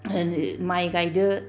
माइ गायदो